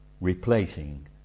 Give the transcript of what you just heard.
replacing